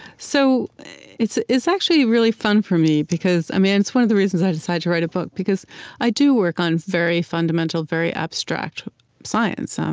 so it's it's actually really fun for me, because i mean it's one of the reasons i decided to write a book, because i do work on very fundamental, very abstract science, um